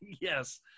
Yes